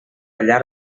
llar